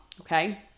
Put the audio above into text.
Okay